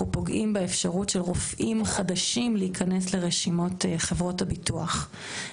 פוגעים באפשרות של רופאים חדשים להיכנס לרשימות חברות הביטוח.